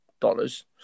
dollars